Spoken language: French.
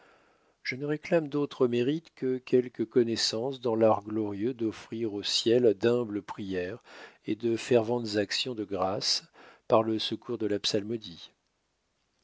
je ne réclame d'autre mérite que quelques connaissances dans l'art glorieux d'offrir au ciel d'humbles prières et de ferventes actions de grâces par le secours de la psalmodie